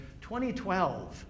2012